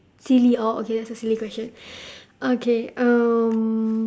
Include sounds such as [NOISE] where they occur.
silly oh okay that's a silly question [BREATH] okay um